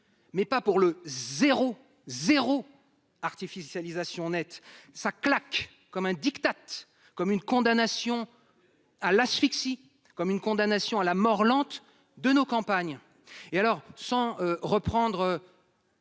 mais pas pour le zéro zéro artificialisation nette ça claque comme un dictate comme une condamnation. À l'asphyxie comme une condamnation à la mort lente de nos campagnes et alors sans reprendre.